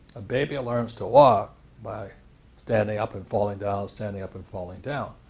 a baby learns to walk by standing up and falling down, standing up and falling down.